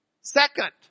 second